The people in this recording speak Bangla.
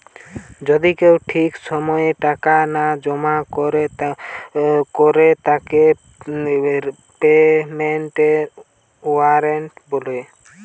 যদি কেউ ঠিক সময় টাকা না জমা করে তাকে পেমেন্টের ওয়ারেন্ট বলে